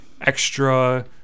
extra